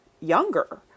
younger